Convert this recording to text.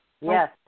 Yes